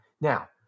Now